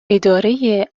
اداره